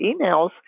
emails